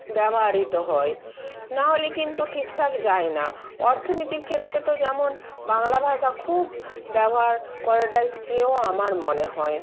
ব্যব্হারিত হয় নাহলে কিন্তু ঠিকঠাক যায় না অর্থনীতির ক্ষেত্রে তো যেমন বাংলা ভাষা খুব ব্যবহার করাটাই শ্রেয় আমার মনে হয়